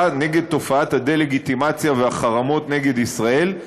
נגד תופעת הדה-לגיטימציה והחרמות נגד ישראל,